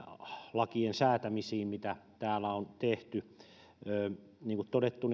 lakien säätämisiin mitä täällä on tehty niin kuin todettu